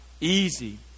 easy